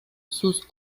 sus